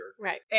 Right